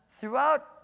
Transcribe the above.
Throughout